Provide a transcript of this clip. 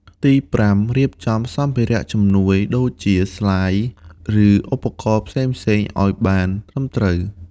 ទីប្រាំ រៀបចំសម្ភារៈជំនួយដូចជាស្លាយ ឬឧបករណ៍ផ្សេងៗឱ្យបានត្រឹមត្រូវ។